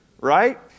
right